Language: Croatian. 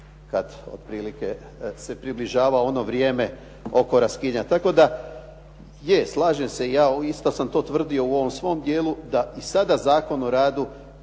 kad otprilike se približava ono vrijeme oko raskidanja. Tako da je, slažem se i ja, isto sam to tvrdio u ovom svom dijelu da i sada Zakon o radu